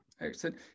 Excellent